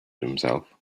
himself